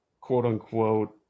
quote-unquote